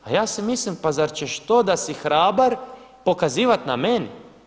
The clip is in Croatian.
A ja si mislim pa zar ćeš to da si hrabar pokazivat na meni?